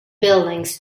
buildings